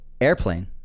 Airplane